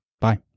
Bye